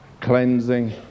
cleansing